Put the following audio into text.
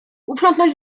uprzątnąć